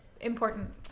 important